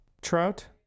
Trout